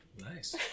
nice